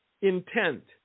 intent